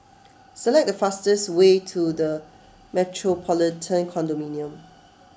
select the fastest way to the Metropolitan Condominium